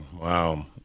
Wow